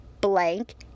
blank